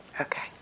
Okay